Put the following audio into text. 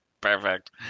Perfect